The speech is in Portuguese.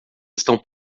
estão